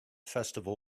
festival